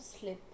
slip